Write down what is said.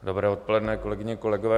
Dobré odpoledne, kolegyně, kolegové.